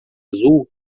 azul